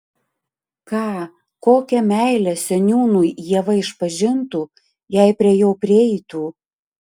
ką kokią meilę seniūnui ieva išpažintų jei prie jo prieitų